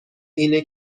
اینه